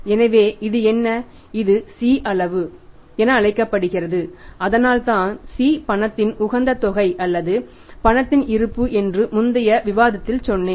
எனவே இது என்ன இது C அளவு என அழைக்கப்படுகிறது அதனால்தான் C பணத்தின் உகந்த தொகை அல்லது பணத்தின் இருப்பு என்று முந்தைய விவாதத்தில் சொன்னேன்